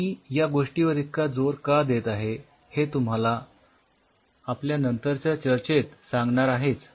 मी या गोष्टीवर इतका जोर का देत आहे हे तुम्हाला आपल्या नंतरच्या चर्चेत सांगणार आहेच